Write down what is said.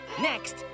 Next